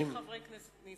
אולי נתחיל עם חברי הכנסת,